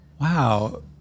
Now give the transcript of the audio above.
wow